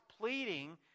pleading